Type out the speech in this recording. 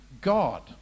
God